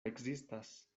ekzistas